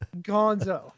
gonzo